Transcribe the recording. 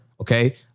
okay